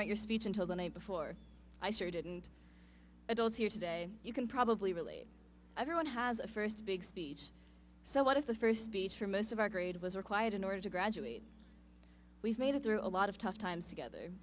write your speech until the night before i sure didn't adults here today you can probably relate everyone has a first big speech so what if the first speech for most of our grade was required in order to graduate we've made it through a lot of tough times together